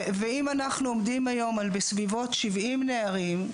ואם אנחנו עומדים היום על כ-70 נערים,